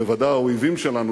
בוודאי האויבים שלנו,